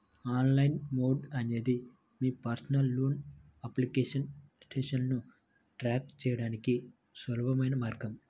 online mode అనేది మీ personal loan application స్టేటస్ను ట్రాక్ చేయడానికి సులభమైన మార్గం